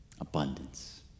Abundance